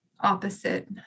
opposite